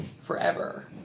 forever